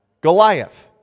Goliath